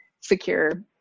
secure